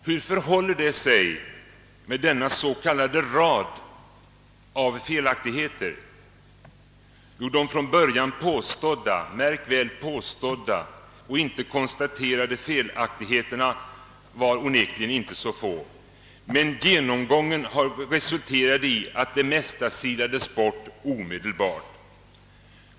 Hur förhåller det sig med denna s.k. rad av felaktigheter? Jo, de från början påstådda — märk väl påstådda och inte konstaterade — felaktigheter na var onekligen inte så få. Men genomgången resulterade i att det mesta silades bort omedelbart.